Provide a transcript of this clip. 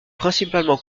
principalement